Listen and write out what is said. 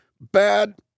bad